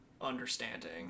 understanding